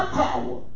power